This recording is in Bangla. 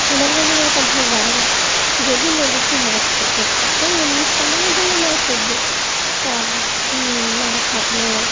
আমার মনে হয় ওটা ভুল ধারণা যদি নদীতে মাছ থেকে থাকে এমনি সময় গেলে মাছ উঠবে আর না থাকলেও